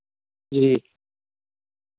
जी